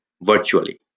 virtually